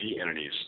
entities